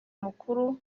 mukuru